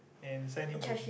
and send him to